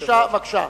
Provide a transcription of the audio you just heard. בבקשה, בבקשה.